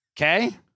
Okay